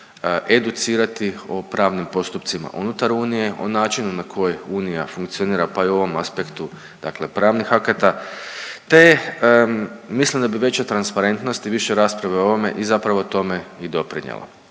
educirati o pravnim postupcima unutar Unije, o načinu na koji Unija funkcionira, pa i u ovom aspektu dakle pravnih akata, te mislim da bi veća transparentnost i više rasprave o ovome i zapravo tome i doprinjelo,